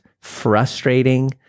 frustrating